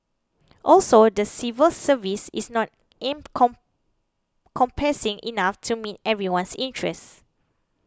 also the civil service is not an come compassing enough to meet everyone's interests